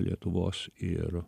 lietuvos ir